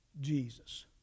Jesus